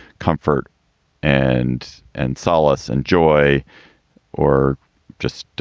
comfort and and solace and joy or just